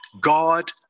God